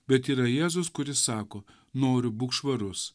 bet yra jėzus kuris sako noriu būk švarus